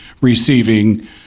receiving